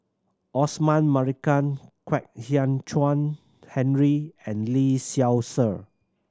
Osman Merican Kwek Hian Chuan Henry and Lee Seow Ser